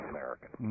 American